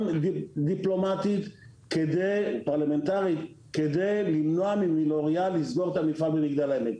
גם דיפלומטית ופרלמנטרית כדי למנוע מלוריאל לסגור את המפעל במגדל העמק.